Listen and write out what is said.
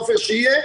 עפר שלח,